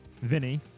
Vinny